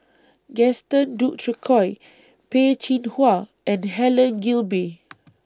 Gaston Dutronquoy Peh Chin Hua and Helen Gilbey